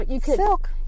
Silk